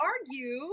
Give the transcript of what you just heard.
argue